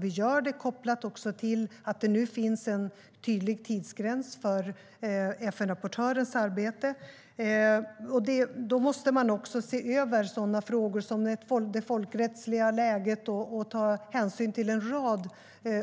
Vi gör det kopplat till att det nu finns en tydlig tidsgräns för FN-rapportörens arbete. Man måste också se över frågor som det folkrättsliga läget och ta hänsyn till en rad